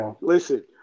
Listen